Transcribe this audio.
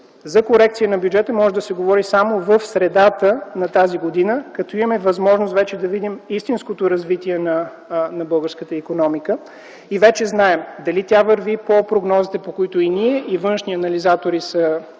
за корекция на бюджета може да се говори само в средата на тази година, като имаме възможност вече да видим истинското развитие на българската икономика и вече знаем дали тя върви по прогнозите, по които и ние, и външни анализатори са